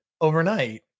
overnight